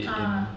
ah